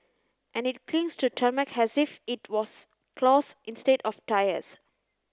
and it clings to tarmac as if it was claws instead of tyres